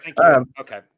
Okay